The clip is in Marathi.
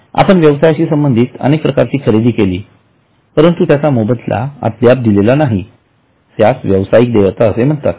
आपण व्यवसायाशी संबंधित अनेक प्रकारची खरेदी केली परंतु त्याचा मोबदला अद्याप दिलेला नाही त्यास व्यावसायिक देयता असे म्हणतात